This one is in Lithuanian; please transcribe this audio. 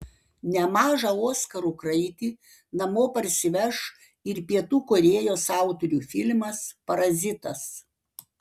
nemažą oskarų kraitį namo parsiveš ir pietų korėjos autorių filmas parazitas